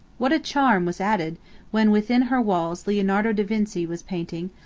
what a charm was added when within her walls leonardo da vinci was painting,